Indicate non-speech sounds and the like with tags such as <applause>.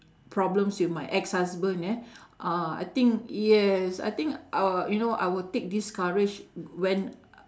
problems with my ex-husband eh <breath> uh I think yes I think I wi~ you know I will take this courage when